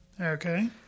Okay